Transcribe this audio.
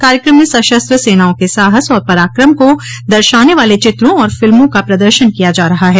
कार्यक्रम में सशस्त्र सेनाओं के साहस और पराक्रम को दर्शाने वाले चित्रों और फिल्मों का प्रदर्शन किया जा रहा है